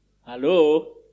Hello